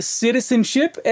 citizenship